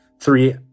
three